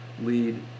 lead